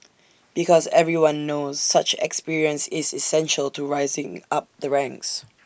because everyone knows such experience is essential to rising up the ranks